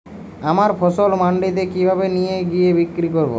আমার ফসল মান্ডিতে কিভাবে নিয়ে গিয়ে বিক্রি করব?